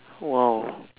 !wow!